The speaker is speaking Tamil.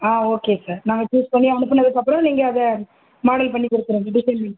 ஆ ஓகே சார் நாங்கள் சூஸ் பண்ணி அனுப்புனதுக்கப்புறம் நீங்கள் அதை மாடல் பண்ணி கொடுத்துருங்க டிசைன் பண்ணி